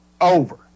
over